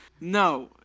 No